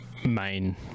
main